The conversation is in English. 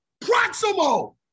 Proximo